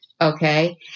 okay